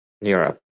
Europe